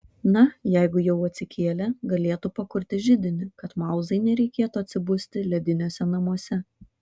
na jeigu jau atsikėlė galėtų pakurti židinį kad mauzai nereikėtų atsibusti lediniuose namuose